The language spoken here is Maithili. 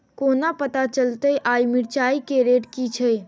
कोना पत्ता चलतै आय मिर्चाय केँ रेट की छै?